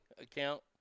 account